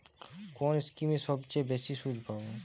কোন স্কিমে সবচেয়ে বেশি সুদ পাব?